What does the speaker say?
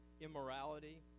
immorality